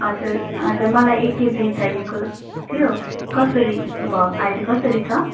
हजुर हजुर मलाई एक केजी चाहिएको थियो कसरी भाउ अहिले कसरी छ